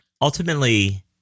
Ultimately